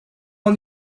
won